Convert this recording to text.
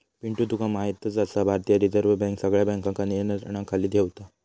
पिंटू तुका म्हायतच आसा, भारतीय रिझर्व बँक सगळ्या बँकांका नियंत्रणाखाली ठेवता